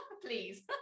please